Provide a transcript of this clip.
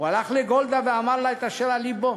הוא הלך לגולדה ואמר לה את אשר על לבו,